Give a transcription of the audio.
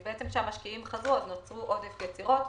כשהמשקיעים חזרו נוצרו עודף יצירות,